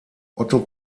otto